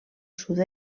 sud